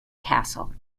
castle